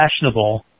fashionable